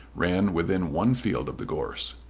ran within one field of the gorse.